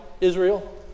Israel